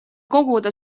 koguda